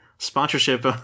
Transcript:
sponsorship